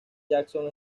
jackson